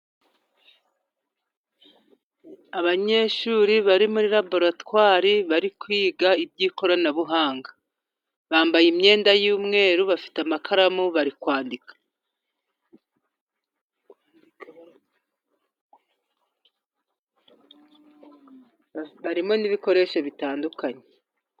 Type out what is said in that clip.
Abanyeshuri bari muri laboratwari bari kwiga iby'ikoranabuhanga. Bambaye imyenda y'umweru bafite amakaramu bari kwandika. Harimo n'ibikoresho bitandukanye.